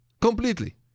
completely